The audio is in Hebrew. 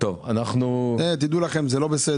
אנחנו לא אומרים.